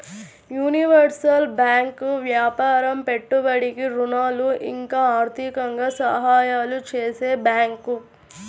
universal bank వ్యాపారం పెట్టుబడికి ఋణాలు ఇంకా ఆర్థికంగా సహాయాలు చేసే బ్యాంకు